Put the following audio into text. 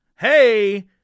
hey